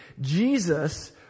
Jesus